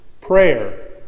prayer